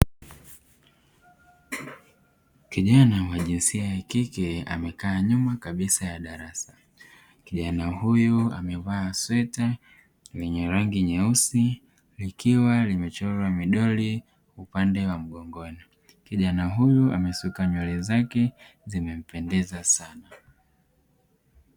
Kijana wa jinsia ya kike amekaa nyuma kabisa ya darasa kijana huyo ameva sweta lenye rangi nyeusi likiwa limechorwa midoli upande wa mgongoni, kijana huyo amesuka nywele zake na zimempendeza sana.